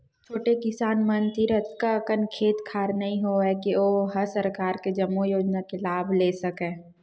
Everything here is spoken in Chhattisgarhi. छोटे किसान मन तीर अतका अकन खेत खार नइ होवय के ओ ह सरकार के जम्मो योजना के लाभ ले सकय